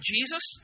Jesus